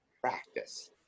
practice